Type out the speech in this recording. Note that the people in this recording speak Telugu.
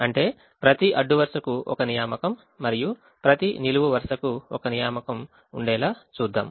అంటే ప్రతి అడ్డు వరుసకు ఒక నియామకం మరియు ప్రతి నిలువు వరుసకు ఒక నియామకం ఉండేలా చేద్దాం